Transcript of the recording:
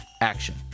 action